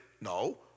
No